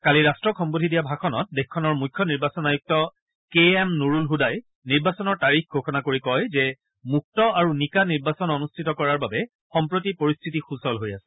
কালি ৰাট্টক সম্বোধি দিয়া ভাষণত দেশখনৰ মুখ্য নিৰ্বাচন আয়ুক্ত কে এম নুৰুল হুদাই নিৰ্বাচনৰ তাৰিখ ঘোষণা কৰি কয় যে মুক্ত আৰু নিকা নিৰ্বাচন অনুষ্ঠিত কৰাৰ বাবে সম্প্ৰতি পৰিস্থিতি সুচল হৈ আছে